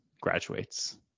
graduates